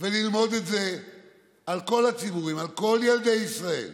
וללמוד את זה לכל הציבורים, לכל ילדי ישראל,